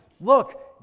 look